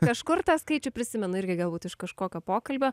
kažkur tą skaičių prisimenu irgi galbūt iš kažkokio pokalbio